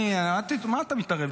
מה אתה מתערב?